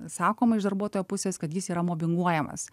sakoma iš darbuotojo pusės kad jis yra mobinguojamas